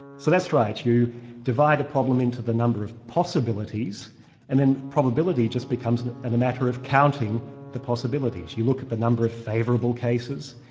so that's right, you divide a problem into the number of possibilities and then probability just becomes and a matter of counting the possibilities. you look at the number of favourable cases,